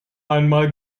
einmal